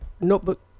notebook